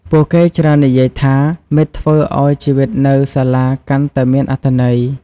ពួកគេច្រើននិយាយថា “មិត្តធ្វើឲ្យជីវិតនៅសាលាកាន់តែមានអត្ថន័យ។